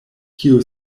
kiu